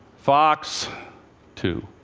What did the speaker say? fox two.